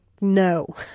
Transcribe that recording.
no